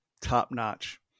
top-notch